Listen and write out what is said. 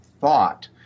thought